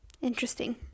Interesting